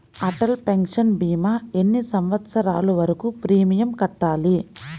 Atal pension భీమా ఎన్ని సంవత్సరాలు వరకు ప్రీమియం కట్టాలి?